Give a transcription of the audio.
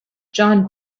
john